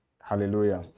Hallelujah